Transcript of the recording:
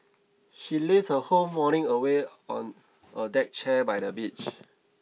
she lazed her whole morning away on a deck chair by the beach